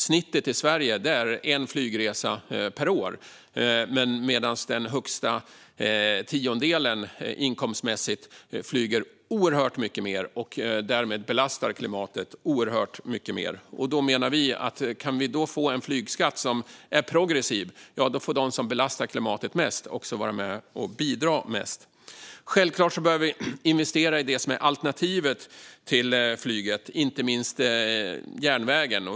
Snittet i Sverige är en flygresa per år, men den tiondel som har de högsta inkomsterna flyger oerhört mycket mer och belastar därmed klimatet mycket mer. Med en flygskatt som är progressiv får de som belastar klimatet mest också vara med och bidra mest. Självklart behöver vi investera i det som är alternativ till flyget, inte minst järnväg.